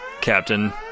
Captain